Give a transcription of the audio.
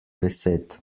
besed